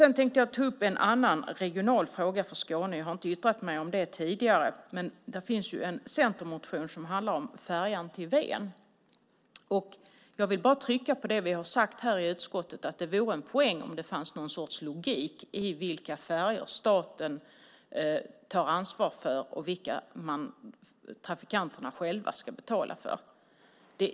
Sedan tänkte jag ta upp en annan regional fråga för Skåne. Jag har inte yttrat mig om det tidigare, men det finns ju en centermotion som handlar om färjan till Ven. Jag vill bara trycka på det vi har sagt här i utskottet: Det vore en poäng om det fanns någon sorts logik i vilka färjor staten tar ansvar för och vilka trafikanterna själva ska betala för.